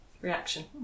reaction